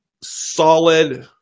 solid